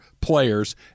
players